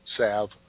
salve